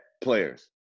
players